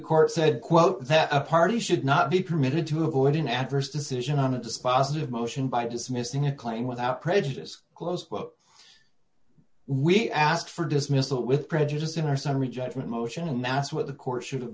court said quote that a party should not be permitted to avoid an adverse decision on a dispositive motion by dismissing a claim without prejudice closed but we asked for dismissal with prejudice to our summary judgment motion and that's what the court should have